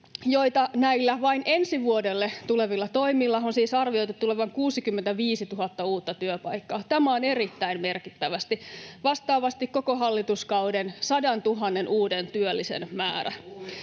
Näillä vain ensi vuodelle tulevilla toimilla on siis arvioitu tulevan 65 000 uutta työpaikkaa. Tämä on erittäin merkittävästi, vastaavasti koko hallituskauden 100 000 uuden työllisen määrä.